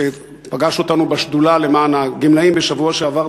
שפגש אותנו בשדולה למען הגמלאים בשבוע שעבר,